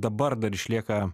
dabar dar išlieka